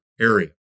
area